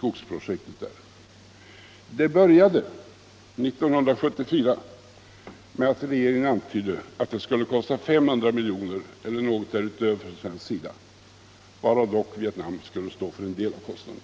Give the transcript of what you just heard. Det hela började 1974 med att regeringen antydde att projektet skulle kosta Sverige 500 miljoner eller något därutöver:; Vietnam skulle dock stå för en del av kostnaderna.